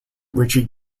richie